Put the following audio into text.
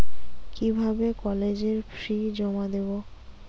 কিভাবে কলেজের ফি জমা দেবো?